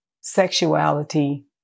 sexuality